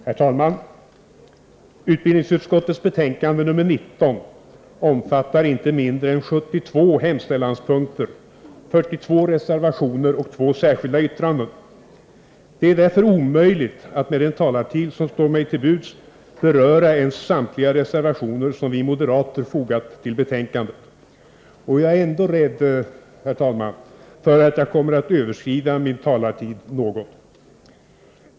Herr talman! Utbildningsutskottets betänkande nr 19 omfattar inte mindre än 72 hemställanspunkter, 42 reservationer och 2 särskilda yttranden. Det är därför omöjligt att med den talartid som står mig till buds beröra ens samtliga de reservationer, som vi moderater fogat till betänkandet. Jag är ändå rädd, herr talman, för att jag kommer att överskrida min talartid något.